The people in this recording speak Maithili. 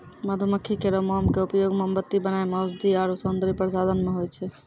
मधुमक्खी केरो मोम क उपयोग मोमबत्ती बनाय म औषधीय आरु सौंदर्य प्रसाधन म होय छै